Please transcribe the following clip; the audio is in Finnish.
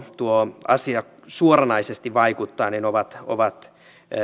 tuo asia suoranaisesti vaikuttaa ovat ovat